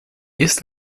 ist